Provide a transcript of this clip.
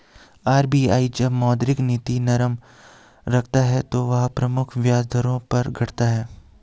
RBI जब मौद्रिक नीति नरम रखता है तो वह प्रमुख ब्याज दरों को घटाता है